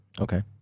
Okay